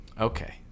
okay